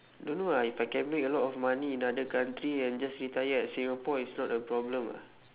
don't know ah if I can make a lot of money in another country and just retire at singapore it's not a problem ah